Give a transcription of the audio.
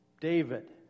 David